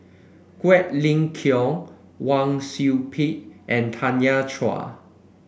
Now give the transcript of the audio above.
Quek Ling Kiong Wang Sui Pick and Tanya Chua